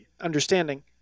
understanding